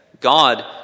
God